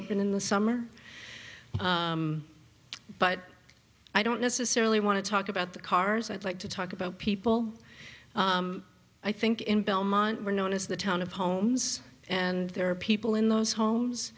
open in the summer but i don't necessarily want to talk about the cars i'd like to talk about people i think in belmont were known as the town of homes and there are people in those homes